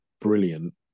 brilliant